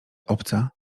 obca